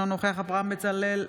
אינו נוכח אברהם בצלאל,